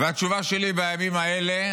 והתשובה שלי בימים האלה,